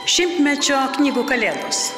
šimtmečio knygų kalėdos